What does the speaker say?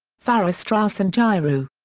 farrar straus and giroux.